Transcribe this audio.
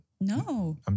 No